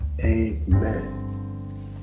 Amen